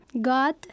God